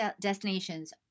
destinations